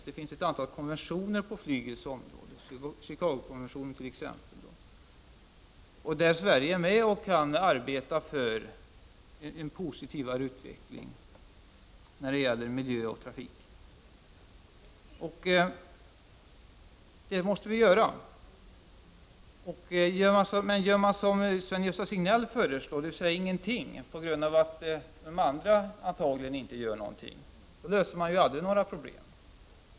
Det finns ett antal konventioner på flygets område, Chicago konventionen t.ex. Där är Sverige med och kan arbeta för en positivare utveckling av miljö och trafik. Det måste vi göra. Gör man som Sven-Gösta Signell föreslår, dvs. ingenting, på grund av att de andra antagligen inte gör någonting, löser man aldrig några problem.